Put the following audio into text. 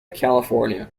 california